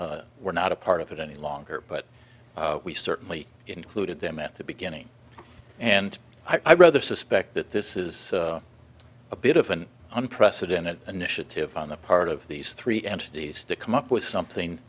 they were not a part of it any longer but we certainly included them at the beginning and i rather suspect that this is a bit of an unprecedented initiative on the part of these three entities to come up with something